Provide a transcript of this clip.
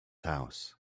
house